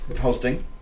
hosting